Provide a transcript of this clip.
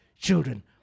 children